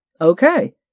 Okay